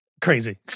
Crazy